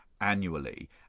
annually